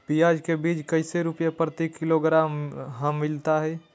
प्याज के बीज कैसे रुपए प्रति किलोग्राम हमिलता हैं?